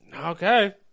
Okay